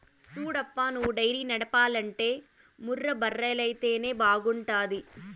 సూడప్పా నువ్వు డైరీ నడపాలంటే ముర్రా బర్రెలైతేనే బాగుంటాది